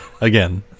Again